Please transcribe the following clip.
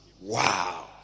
Wow